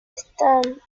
stan